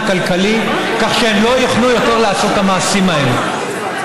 הכלכלי כך שהם לא יוכלו יותר לעשות את המעשים האלה.